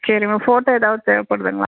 சரி ma'am photo ஏதாவது தேவைப்படுதுங்களா